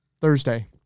Thursday